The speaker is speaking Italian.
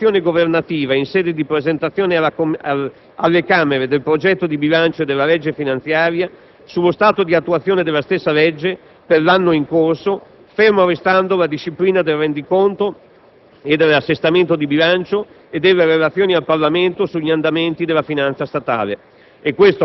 In questa prospettiva potrebbe essere opportuno e utile prevedere una relazione governativa, in sede di presentazione alle Camere del progetto di bilancio e della legge finanziaria, sullo stato di attuazione della stessa legge per l'anno in corso, ferma restando la disciplina del rendiconto